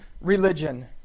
religion